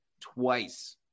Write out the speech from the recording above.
twice